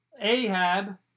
Ahab